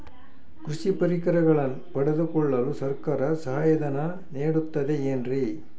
ಕೃಷಿ ಪರಿಕರಗಳನ್ನು ಪಡೆದುಕೊಳ್ಳಲು ಸರ್ಕಾರ ಸಹಾಯಧನ ನೇಡುತ್ತದೆ ಏನ್ರಿ?